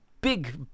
big